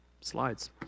slides